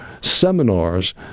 seminars